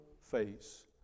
face